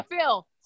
Phil